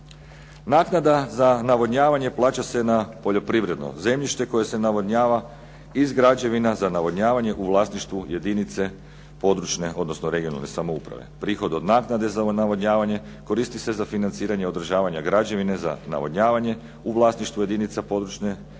Naknada za navodnjavanje plaća se na poljoprivredno zemljište koje se navodnjava iz građevina za navodnjavanje u vlasništvu jedinice područne, odnosno regionalne samouprave. Prihod od naknade za navodnjavanje koristi se za financiranje održavanja građevine za navodnjavanje u vlasništvu jedinica područne samouprave